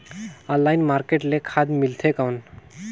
Online market ले खाद मिलथे कौन?